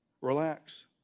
Relax